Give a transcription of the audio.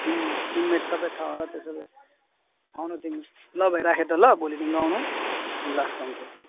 उम्म teammate सबै थाहा त्यसो भए आऊ न तिमी ल भाइ राखेँ त ल भोलिदेखिको आउनु ल थ्याङ्क्यु